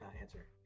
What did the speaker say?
answer